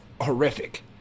horrific